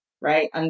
right